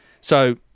So-